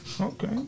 Okay